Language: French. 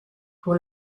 pour